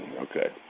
okay